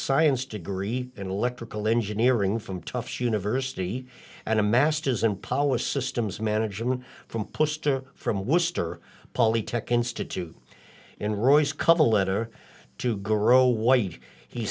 science degree in electrical engineering from tufts university and a master's in power systems management from poster from worcester polytechnic institute in roy's cover letter to guerrero white he